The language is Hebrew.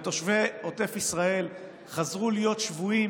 ותושבי עוטף ישראל חזרו להיות שבויים